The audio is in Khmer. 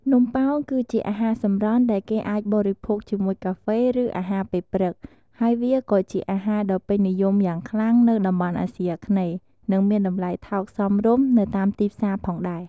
នំប៉ោងគឺជាអាហារសម្រន់ដែលគេអាចបរិភោគជាមួយកាហ្វេ ឬអាហារពេលព្រឹក ហើយវាក៏ជាអាហារដ៏ពេញនិយមយ៉ាងខ្លាំងនៅតំបន់អាស៊ីអាគ្នេយ៍ និងមានតម្លៃថោកសមរម្យនៅតាមទីផ្សារផងដែរ។